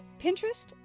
Pinterest